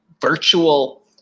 virtual